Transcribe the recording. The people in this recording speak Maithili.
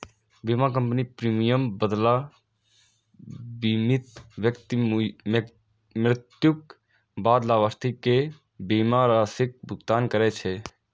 बीमा कंपनी प्रीमियमक बदला बीमित व्यक्ति मृत्युक बाद लाभार्थी कें बीमा राशिक भुगतान करै छै